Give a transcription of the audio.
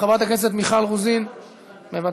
חברת הכנסת מיכל רוזין מוותרת,